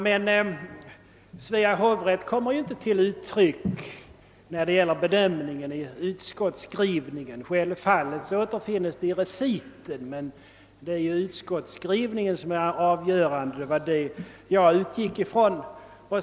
Men Svea hovrätts synpunkter kommer inte till uttryck i utskottets bedömning — självfallet återfinns de i reciten, men det var naturligtvis utskottets skrivning som jag utgick ifrån.